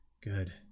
Good